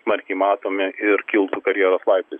smarkiai matomi ir kiltų karjeros laiptais